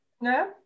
no